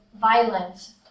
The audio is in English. violence